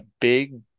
big